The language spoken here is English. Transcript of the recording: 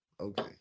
Okay